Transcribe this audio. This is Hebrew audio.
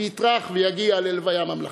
ויטרח ויגיע ללוויה ממלכתית.